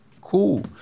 Cool